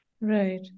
Right